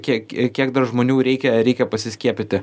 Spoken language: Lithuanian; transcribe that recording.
kiek kiek daug žmonių reikia reikia pasiskiepyti